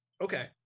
Okay